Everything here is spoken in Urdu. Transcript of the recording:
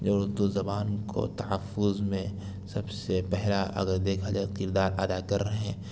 جو اردو زبان کو تحفظ میں سب سے پہلا اگر دیکھا جائے کردار ادا کر رہے ہیں